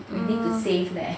mm